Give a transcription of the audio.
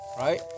Right